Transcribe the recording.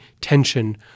tension